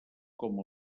com